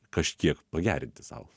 kažkiek pagerinti sau